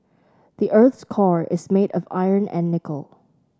the earth's core is made of iron and nickel